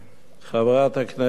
חברת הכנסת